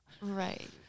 Right